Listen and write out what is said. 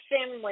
Sim